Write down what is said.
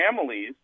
families